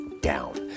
down